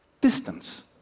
Distance